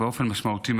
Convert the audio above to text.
באופן משמעותי,